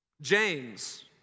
James